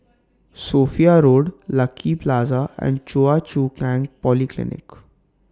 Sophia Road Lucky Plaza and Choa Chu Kang Polyclinic